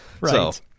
Right